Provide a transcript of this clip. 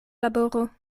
laboro